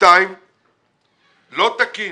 סעיף 2. לא תקין